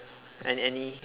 any any